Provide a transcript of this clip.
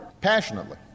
passionately